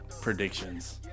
predictions